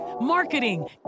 marketing